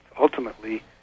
ultimately